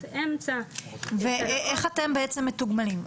אמצע --- ואיך אתם בעצם מתוגמלים?